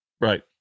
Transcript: Right